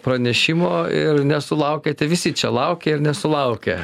pranešimo ir nesulaukėte visi čia laukė ir nesulaukė